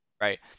right